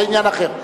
זה עניין אחר.